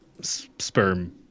sperm